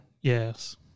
Yes